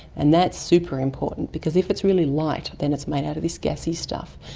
and that's super important because if it's really light, then it's made out of this gassy stuff.